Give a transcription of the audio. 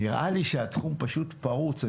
נראה לי שהתחום פשוט פרוץ.